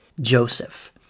Joseph